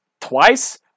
twice